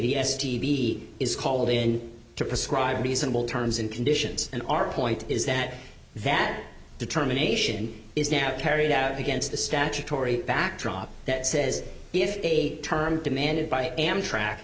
the s t v is called in to prescribe reasonable terms and conditions and our point is that that determination is now carried out against the statutory backdrop that says if a term demanded by amtrak